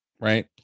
Right